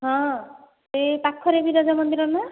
ହଁ ସେଇ ପାଖରେ ବିରଜା ମନ୍ଦିର ନା